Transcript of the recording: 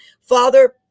Father